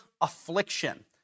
affliction